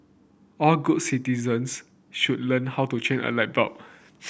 all good citizens should learn how to change a light bulb